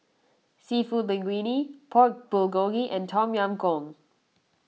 Seafood Linguine Pork Bulgogi and Tom Yam Goong